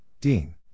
Dean